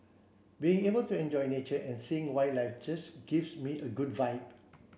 being able to enjoy nature and seeing wildlife just gives me a good vibe